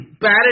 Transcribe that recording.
bad